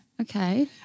Okay